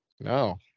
No